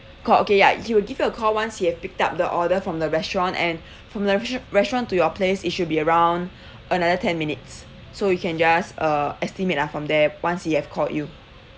call okay ya he will give you a call once he have picked up the order from the restaurant and from the restau~ restaurant to your place it should be around another ten minutes so you can just uh estimate lah from there once he have called you